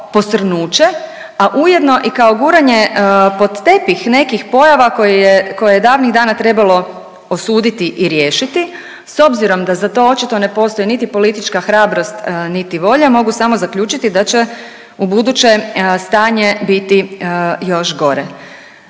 a ujedno i kao guranje pod tepih nekih pojava koje je davnih dana trebalo osuditi i riješiti, s obzirom da za to očito ne postoji niti politička hrabrost, niti volje mogu samo zaključiti da će ubuduće stanje biti još gore.